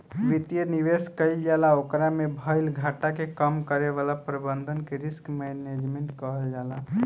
वित्तीय निवेश कईल जाला ओकरा में भईल घाटा के कम करे वाला प्रबंधन के रिस्क मैनजमेंट कहल जाला